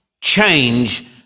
change